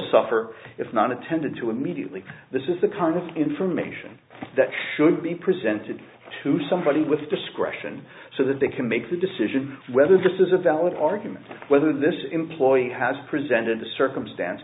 suffer if not attended to immediately this is the kind of information that should be presented to somebody with discretion so that they can make the decision whether this is a valid argument whether this employee has presented a circumstance